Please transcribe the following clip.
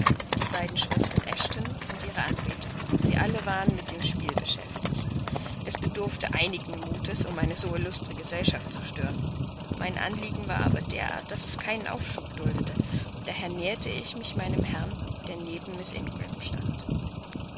die beiden schwestern eshton und ihre anbeter sie alle waren mit dem spiel beschäftigt es bedurfte einigen mutes um eine so illüstre gesellschaft zu stören mein anliegen war aber derart daß es keinen aufschub duldete daher näherte ich mich meinem herrn der neben miß ingram stand